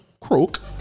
croak